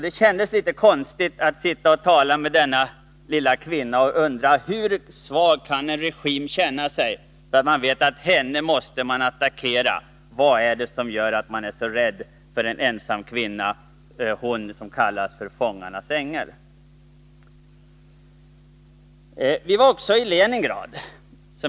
Det kändes litet konstigt att sitta och tala med denna lilla kvinna. Man undrade: Hur svag är inte den regim som måste attackera en sådan som hon? Vad är det som gör att den är så rädd för en ensam kvinna, för henne som kallas fångarnas ängel? Vi var också i Leningrad.